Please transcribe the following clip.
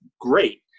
great